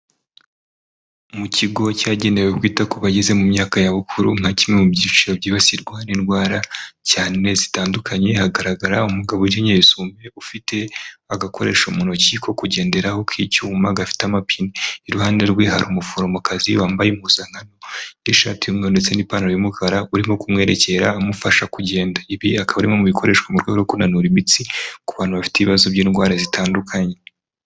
Mu kigo cyageneweta kwita bageze mu myaka ya bukuru nka kimwe mu byiciro byibasirwa n'indwara cyane zitandukanye. Hagaragara umugabo ukenyeye isume, ufite agakoresho mu ntoki ko kugenderaho k'icyuma gafite amapine. Iruhande rwe hari umuforomokazi wambaye impuzankano n'ishatig ndetse n'ipantaro y'umukara, urimo kumwerekera amufasha kugenda. Ibi akaba ari bimwe mu bikoreshwa mu rwego rwo kunanura imitsi ku bantu bafite ibibazo by'indwara zitandukanye.